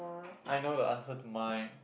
I know the answer to mine